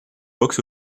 box